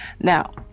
now